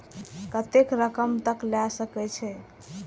केतना रकम तक ले सके छै?